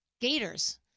Gators